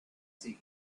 sea